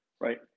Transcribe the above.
right